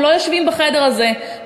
הם לא יושבים בחדר הזה.